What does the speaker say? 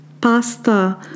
pasta